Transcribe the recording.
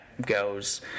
goes